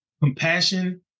compassion